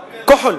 כוחול.